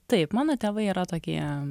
taip mano tėvai yra tokie